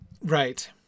Right